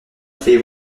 fait